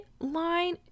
line